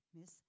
Miss